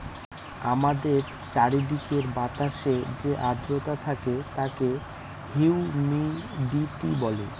আমাদের চারিদিকের বাতাসে যে আদ্রতা থাকে তাকে হিউমিডিটি বলে